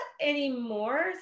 anymore